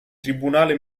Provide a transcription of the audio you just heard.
tribunale